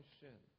sin